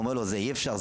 הוא אומר לו: זה אי אפשר,